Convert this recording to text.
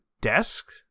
desk